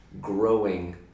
growing